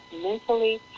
mentally